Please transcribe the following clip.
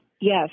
Yes